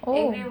oh